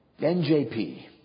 NJP